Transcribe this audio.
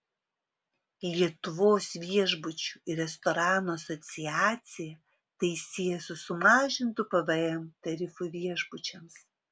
lietuvos viešbučių ir restoranų asociacija tai sieja su sumažintu pvm tarifu viešbučiams